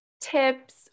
tips